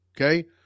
okay